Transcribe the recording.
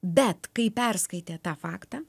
bet kai perskaitė tą faktą